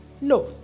No